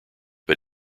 but